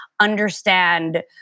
understand